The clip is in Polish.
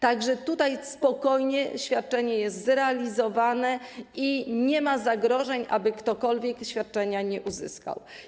Tak że spokojnie, świadczenie jest realizowane i nie ma zagrożenia, aby ktokolwiek tego świadczenia nie uzyskał.